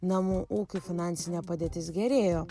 namų ūkių finansinė padėtis gerėjo